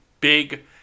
big